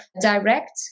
direct